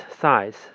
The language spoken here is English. size